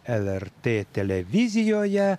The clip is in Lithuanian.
lrt televizijoje